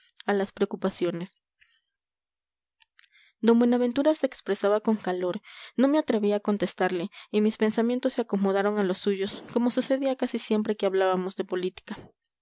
a las preocupaciones d buenaventura se expresaba con calor no me atreví a contestarle y mis pensamientos se acomodaron a los suyos como sucedía casi siempre que hablábamos de política